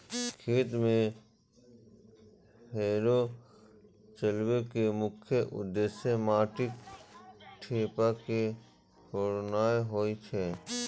खेत मे हैरो चलबै के मुख्य उद्देश्य माटिक ढेपा के फोड़नाय होइ छै